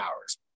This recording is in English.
hours